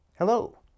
Hello